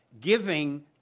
giving